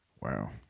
Wow